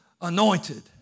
anointed